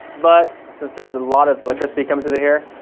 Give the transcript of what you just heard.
but since there's a lot of electricity coming through the air,